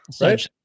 Right